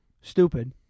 stupid